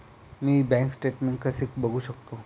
मी bank statement कसे बघू शकतो?